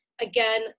again